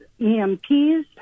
EMPs